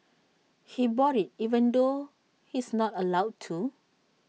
he bought IT even though he's not allowed to